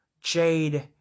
Jade